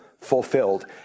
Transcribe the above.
fulfilled